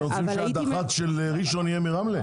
אתם רוצים שהדח"צ של ראשון יהיה מרמלה?